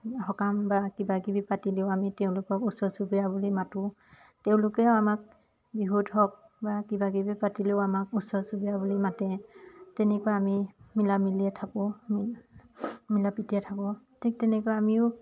সকাম বা কিবাকিবি পাতিলেও আমি তেওঁলোকক ওচৰ চুবুৰীয়া বুলি মাতোঁ তেওঁলোকেও আমাক বিহুত হওক বা কিবাকিবি পাতিলেও আমাক ওচৰ চুবুৰীয়া বুলি মাতে তেনেকুৱা আমি মিলা মিলিয়ে থাকোঁ মিলা পিতিয়ে থাকোঁ ঠিক তেনেকৈ আমিও